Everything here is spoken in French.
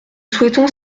souhaitons